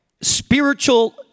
spiritual